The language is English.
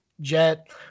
jet